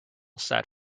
sat